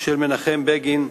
של מנחם בגין,